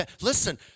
listen